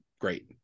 great